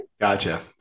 Gotcha